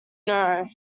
know